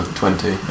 twenty